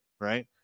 right